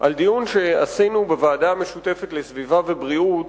על דיון שעשינו בוועדה המשותפת לסביבה ובריאות,